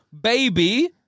baby